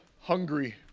hungry